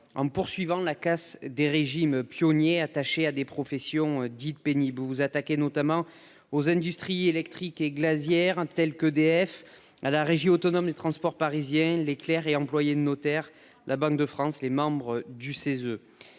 en poursuivant la casse des régimes pionnier attachés à des professions dites pénibles, vous vous attaquez notamment aux industries électriques et glacière hein tels qu'EDF à la Régie autonome des transports parisiens, les clercs et employés de notaire, la Banque de France. Les membres du CESE.